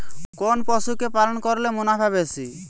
কোন পশু কে পালন করলে মুনাফা বেশি?